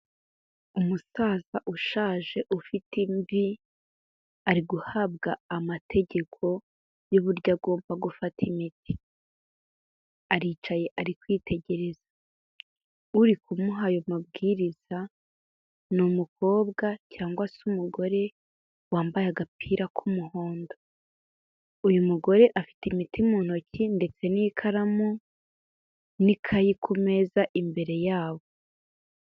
Umusaza ushaje ufite imvi, ari guhabwa amategeko y'uburyo agomba gufata imiti. Aricaye ari kwitegereza. Uri kumuha ayo mabwiriza, ni umukobwa cyangwa se umugore, wambaye agapira k'umuhondo. Uyu mugore afite imiti mu ntoki ndetse n'ikaramu, n'ikayi ku meza imbere yabo.